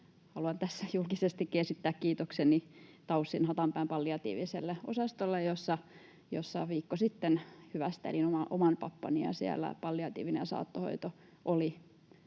haluan tässä julkisestikin esittää kiitokseni TAYSin Hatanpään palliatiiviselle osastolle, jossa viikko sitten hyvästelin oman pappani. Siellä palliatiivinen saattohoito oli